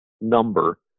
number